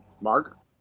Mark